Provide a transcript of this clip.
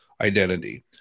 identity